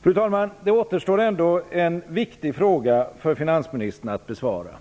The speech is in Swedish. Fru talman! Det återstår ändå en viktig fråga för finansministern att besvara,